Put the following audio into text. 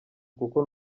kuko